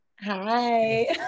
Hi